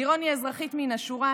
לירון היא אזרחית מן השורה,